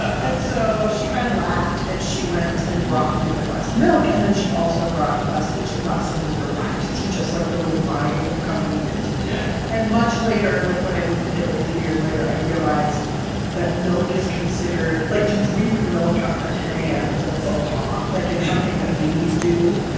and so she kind of laughed, and she went and brought me a glass of milk. and then she also brought us each a glass of dessert wine to teach us, like, the refined accompaniment yeah and much later, like, when i lived in italy a few years later, i realized that milk is considered like, to drink milk after ten a m. is a faux pas. ah like, it's something that babies do,